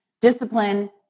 discipline